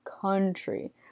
country